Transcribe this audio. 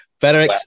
FedEx